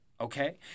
Okay